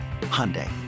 Hyundai